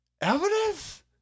evidence